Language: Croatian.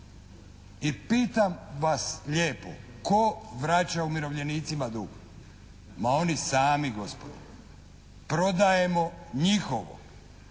I pitam vas lijepo tko vraća umirovljenicima dug? Ma oni sami gospodo. Prodajemo njihovo.